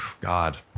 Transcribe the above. God